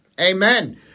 Amen